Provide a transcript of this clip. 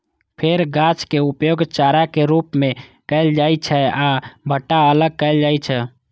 फेर गाछक उपयोग चाराक रूप मे कैल जाइ छै आ भुट्टा अलग कैल जाइ छै